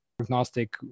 Agnostic